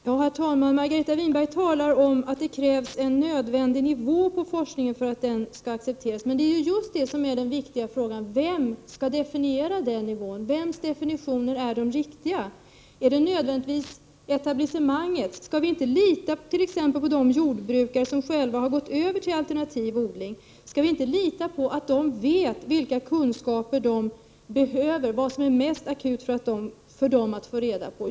Herr talman! Margareta Winberg talar om att det krävs en viss nivå på forskningen för att den skall accepteras. Den viktiga frågan är ju just vem som skall definiera den nivån. Vems definitioner är riktiga? Är det etablissemangets? Skall vi inte lita på att de jordbrukare som själva har börjat med alternativ odling vet vilka kunskaper de behöver och vad som är mest akut för dem att få reda på?